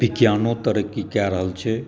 विज्ञानो तरक्की कए रहल छै